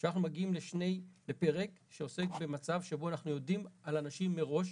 עכשיו אנחנו מגיעים לפרק שעוסק במצב שבו אנחנו יודעים על אנשים מראש,